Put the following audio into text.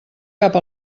cap